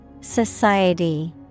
Society